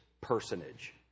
personage